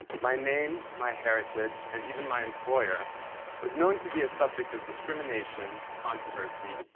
my name, my heritage, and even my employer was known to be a subject of discrimination, controversy,